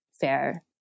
fair